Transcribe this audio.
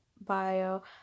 bio